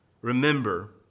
Remember